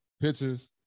pictures